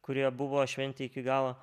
kurie buvo šventėj iki galo